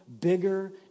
bigger